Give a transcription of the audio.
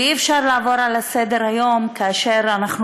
ואי-אפשר לעבור לסדר-היום כאשר אנחנו